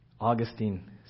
Augustine